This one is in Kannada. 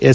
ಎಸ್